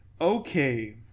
Okay